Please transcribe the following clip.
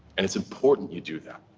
and it's important you do that.